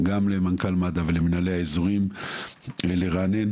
גם למנכ"ל מד"א ולמנהלי האזורים כדי לרענן